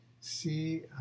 see